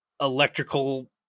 electrical